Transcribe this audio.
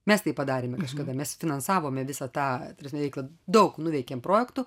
mes tai padarėm kažkada mes finansavome visą tą ta prasme veiklą daug nuveikėm projektų